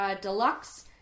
deluxe